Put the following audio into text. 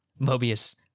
Mobius